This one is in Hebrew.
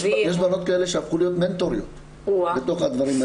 יש בנות כאלה שהפכו להיות מנטוריות בתוך הדברים האלה.